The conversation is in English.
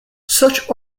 such